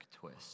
twist